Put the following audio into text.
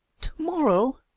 Tomorrow